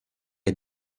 est